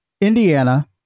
Indiana